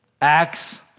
Acts